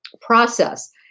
process